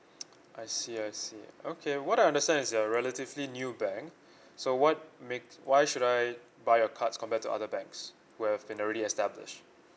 I see I see okay what I understand is you're relatively new bank so what makes why should I buy your cards compare to other banks where have been already established